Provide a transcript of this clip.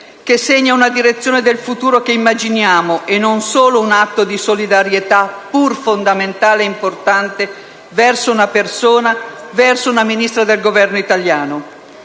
che segna una direzione del futuro che immaginiamo, e non solo un atto di solidarietà, pur fondamentale ed importante, verso una persona, verso una Ministra del Governo italiano.